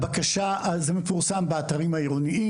זה מפורסם באתרים העירוניים,